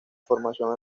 formación